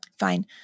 Fine